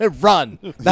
Run